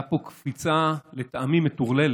הייתה פה קפיצה, לטעמי מטורללת,